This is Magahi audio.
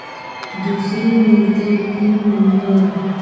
दुसरे मिलतै पिन नम्बर?